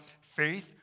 faith